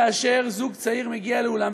כאשר זוג צעיר מגיע לאולם,